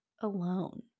alone